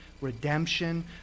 redemption